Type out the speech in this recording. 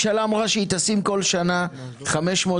את הפרויקט של מחשב לכל ילד תגברנו בשנה שעברה בסכום